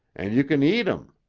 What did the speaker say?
and you can eat em.